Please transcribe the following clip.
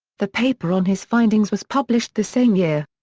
the paper on his findings was published the same year.